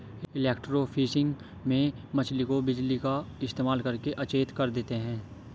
electrofishing में मछली को बिजली का इस्तेमाल करके अचेत कर देते हैं